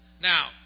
Now